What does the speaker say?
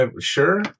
Sure